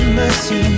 mercy